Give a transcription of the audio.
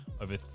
over